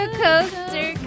coaster